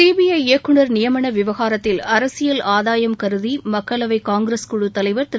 CBI இயக்குநர் நியமன விவகாரத்தில் அரசியல் ஆதாயம் கருதி மக்களவை காங்கிரஸ் குழுத் தலைவா் திரு